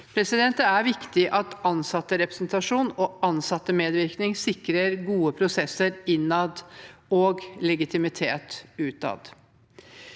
nivå. Det er viktig at ansatterepresentasjon og ansattmedvirkning sikrer gode prosesser innad og legitimitet utad.